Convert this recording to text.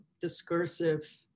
discursive